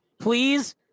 please